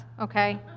okay